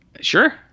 Sure